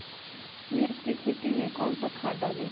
मिर्च की खेती में कौन सा खाद डालें?